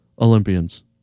Olympians